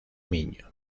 miño